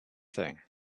thing